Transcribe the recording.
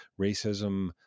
racism